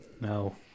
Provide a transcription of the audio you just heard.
No